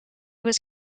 was